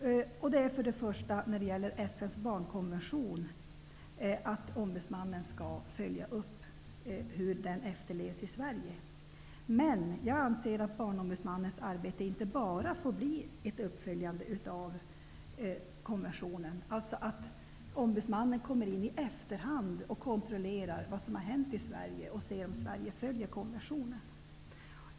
Det är bl.a. att ombudsmannen skall följa upp hur FN:s barnkonvention efterlevs i Sverige. Men jag anser att Barnombudsmannens arbete inte bara får bli ett uppföljande av konventionen, dvs. att ombudsmannen i efterhand kontrollerar vad som har hänt i Sverige och om Sverige följer konventionen.